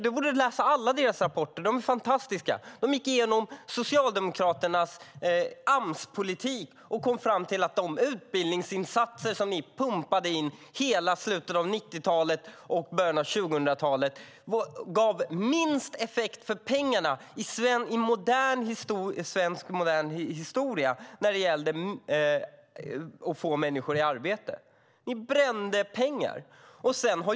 Du borde läsa alla deras rapporter, för de är fantastiska. IFAU gick igenom Socialdemokraternas Amspolitik och kom fram till att de utbildningsinsatser som de pumpade in i slutet av 1990-talet och början av 2000-talet gav minst effekt för pengarna i modern svensk historia när det gällde att få människor i arbete. Ni brände pengar.